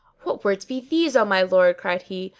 what words be these, o my lord? cried he.